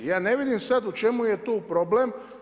Ja ne vidim sada u čemu je tu problem.